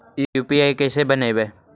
UPI कैसे बनइबै?